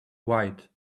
white